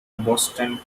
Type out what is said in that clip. boston